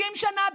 60 שנה,